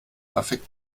affekt